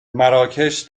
مراکش